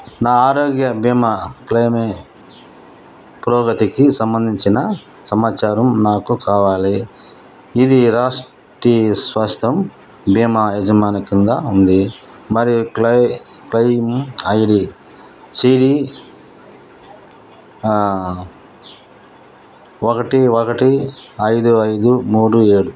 నా ఆరోగ్య బీమా క్లెయిమ్ పురోగతికి సంబంధించిన సమాచారం నాకు కావాలి ఇది రాష్ట్రీయ స్వస్థ బీమా యజమాని క్రింద ఉంది మరియు క్లెయి క్లెయిమ్ ఐడి సీడీ ఒకటి ఒకటి ఐదు ఐదు మూడు ఏడు